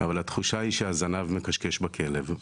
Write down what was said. אבל התחושה היא שהזנב מכשכש בכלב.